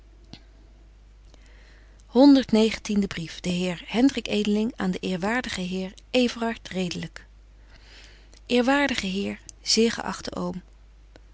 brief de heer hendrik edeling aan den eerwaardigen heer everard redelyk eerwaardige heer zeer geachte oom